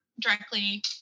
directly